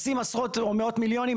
לשים עשרות או מאות מיליונים.